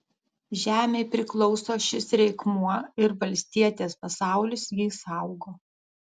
žemei priklauso šis reikmuo ir valstietės pasaulis jį saugo